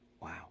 Wow